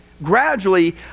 Gradually